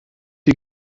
die